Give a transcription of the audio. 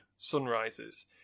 sunrises